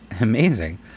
Amazing